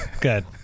good